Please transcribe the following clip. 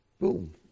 Boom